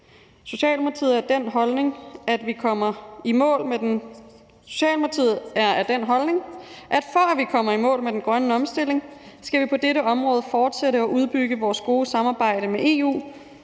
Socialdemokratiet er af den holdning, at for at vi kommer i mål med den grønne omstilling, skal vi på dette område fortsætte og udbygge vores gode samarbejde med EU